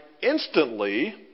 instantly